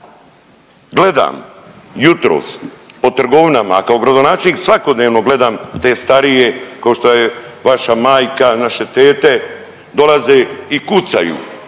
Gledam jutros po trgovinama, a kao gradonačelnik svakodnevno gledam te starije košto je vaša majka, naše tete, dolaze i kucaju